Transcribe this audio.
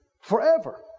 forever